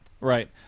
Right